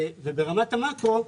ברמת המקרו,